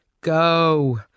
go